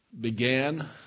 began